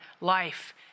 life